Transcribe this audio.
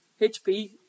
HP